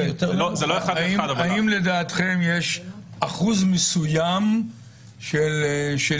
--- האם לדעתכם יש אחוז מסוים של